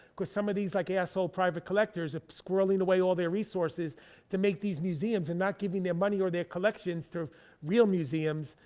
because some of these like asshole private collectors are squirreling away all their resources to make these museums, and not giving their money or their collections to real museums.